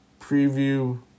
preview